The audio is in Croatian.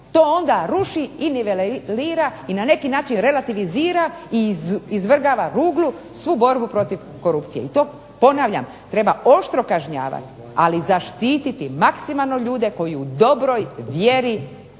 To onda ruši i nivelira i na neki način relativizira i izvrgava ruglu svu borbu protiv korupcije. I to ponavljam treba oštro kažnjavati. Ali zaštititi maksimalno ljude koji u dobroj vjeri